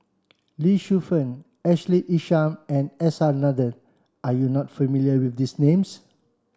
Lee Shu Fen Ashley Isham and S R Nathan are you not familiar with these names